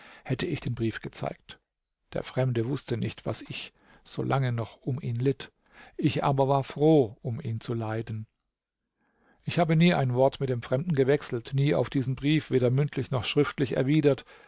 hätte ich den brief gezeigt der fremde wußte nicht was ich so lange noch um ihn litt ich aber war froh um ihn zu leiden ich habe nie ein wort mit dem fremden gewechselt nie auf diesen brief weder mündlich noch schriftlich erwidert